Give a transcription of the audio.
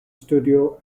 studio